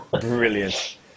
Brilliant